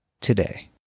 today